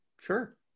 Sure